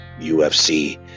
UFC